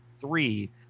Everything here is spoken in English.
three